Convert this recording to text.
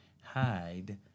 hide